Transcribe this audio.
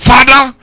Father